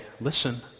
listen